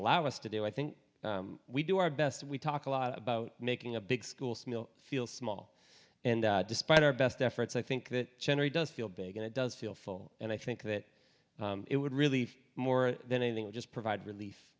allow us to do i think we do our best we talk a lot about making a big school smil feel small and despite our best efforts i think that generally does feel big and it does feel full and i think that it would really more than anything we just provide relief